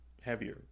heavier